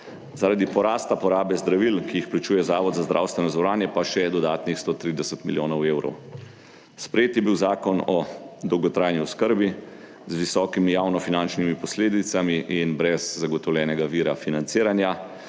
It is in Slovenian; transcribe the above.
Zaradi porasta porabe zdravil, ki jih plačuje Zavod za zdravstveno zavarovanje, pa še dodatnih 130 milijonov evrov. Sprejet je bil Zakon o dolgotrajni oskrbi z visokimi javnofinančnimi posledicami in brez zagotovljenega vira financiranja.